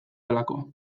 delako